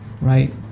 right